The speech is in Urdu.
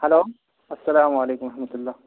ہیلو السلام علیکم ورحمۃ اللہ